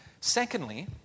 Secondly